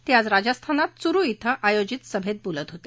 ते आज राजस्थानात चुरु क्रें आयोजित सभेत बोलत होते